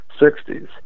60s